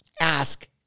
ask